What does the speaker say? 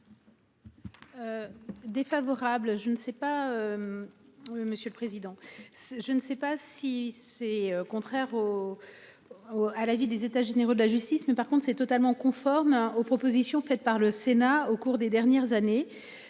Défavorable. Je ne sais pas. Oui, monsieur le président. Je ne sais pas si c'est contraire au. Au à la vie des états généraux de la justice mais par contre c'est totalement conforme aux propositions faites par le Sénat au cours des dernières années.